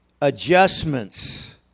adjustments